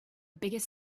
biggest